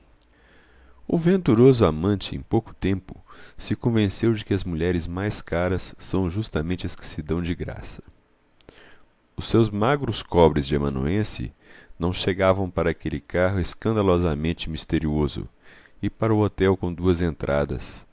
o venturoso amante em pouco tempo se convenceu de que as mulheres mais caras são justamente as que se dão de graça os seus magros cobres de amanuense não chegavam para aquele carro escandalosamente misterioso e para o hotel com duas entradas